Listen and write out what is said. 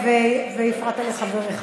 והפרעת לחבריך.